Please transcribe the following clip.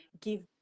give